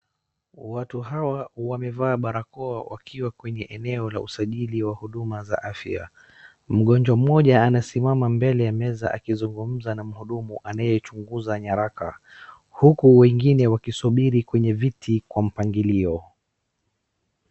Watu hawa wamevaa barakoa wakiwa kwenye eneo la usajili wa huduma za afya. Mgonjwa mmoja anasimama mbele ya meza akizungumza na mhudumu anayechuzunguza nyaraka, huku wengine wakisubiri kwenye viti kwa mpangilio.